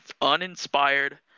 uninspired